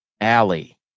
Alley